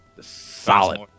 Solid